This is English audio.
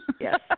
Yes